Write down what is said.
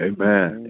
Amen